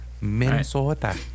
Minnesota